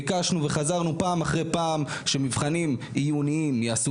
ביקשנו וחזרנו פעם אחרי פעם שמבחנים עיוניים ייעשו